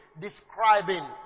describing